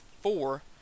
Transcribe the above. four